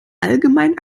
allgemein